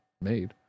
made